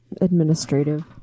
administrative